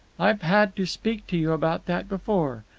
i've had to speak to you about that before.